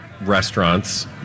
restaurants